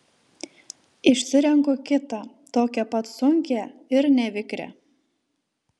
išsirenku kitą tokią pat sunkią ir nevikrią